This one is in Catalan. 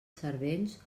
servents